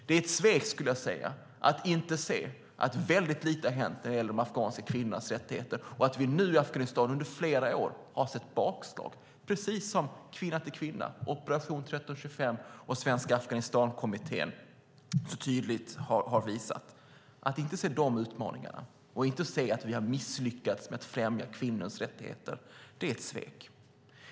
Det är ett svek, skulle jag säga, att inte se att väldigt lite har hänt när det gäller de afghanska kvinnornas rättigheter och att vi nu i Afghanistan under flera år har sett bakslag, precis som Kvinna till Kvinna, Operation 1325 och Svenska Afghanistankommittén så tydligt har visat. Att inte se de utmaningarna och att inte säga att vi har misslyckats med att främja kvinnornas rättigheter är ett svek.